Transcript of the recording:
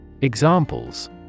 Examples